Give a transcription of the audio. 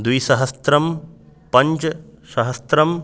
द्विसहस्रं पञ्चशतसहस्रम्